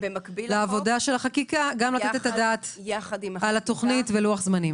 לעבודת החקיקה גם לתת את הדעת על התוכנית ולוח זמנים.